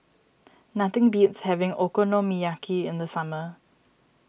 nothing beats having Okonomiyaki in the summer